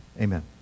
amen